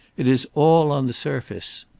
it is all on the surface.